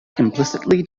implicitly